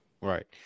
Right